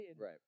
Right